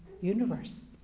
universe